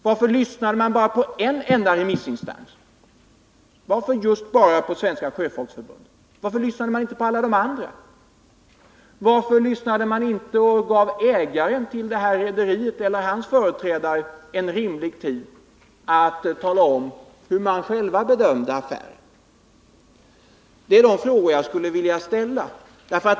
Varför lyssnade man bara på en enda remissinstans — varför bara på Svenska sjöfolksförbundet? Varför lyssnade man inte på alla de andra? Varför gav man inte ägaren till rederiet eller hans företrädare rimlig tid att redogöra för sin bedömning av affären? Det är de frågor jag skulle vilja ställa.